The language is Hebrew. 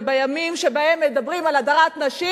ובימים שבהם מדברים על הדרת נשים,